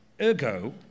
Ergo